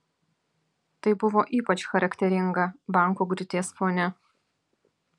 tai buvo ypač charakteringa bankų griūties fone